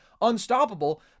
unstoppable